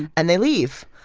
and they leave,